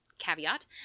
caveat